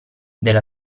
della